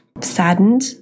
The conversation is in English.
saddened